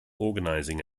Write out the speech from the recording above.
organizing